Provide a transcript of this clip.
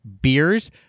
beers